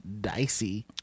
dicey